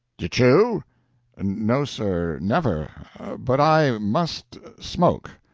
you chew? no, sir, never but i must smoke.